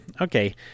okay